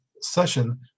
session